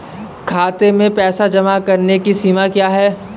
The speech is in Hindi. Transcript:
खाते में पैसे जमा करने की सीमा क्या है?